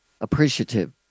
appreciative